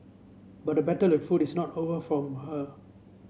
but the battle with food is not over from her